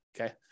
Okay